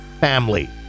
Family